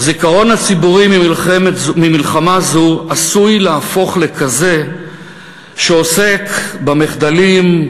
הזיכרון הציבורי ממלחמה זו עשוי להפוך לכזה שעוסק במחדלים,